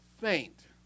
faint